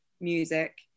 music